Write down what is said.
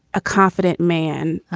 a confident man